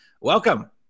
Welcome